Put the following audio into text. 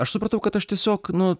aš supratau kad aš tiesiog nu